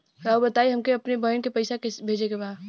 राउर बताई हमके अपने बहिन के पैसा भेजे के बा?